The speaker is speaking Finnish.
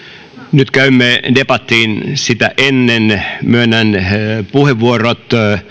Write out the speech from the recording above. nyt käymme debatin sitä ennen myönnän puheenvuorot